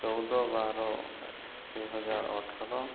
ଚଉଦ ବାର ଦୁଇହଜାର ଅଠର